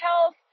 health